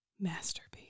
Masterpiece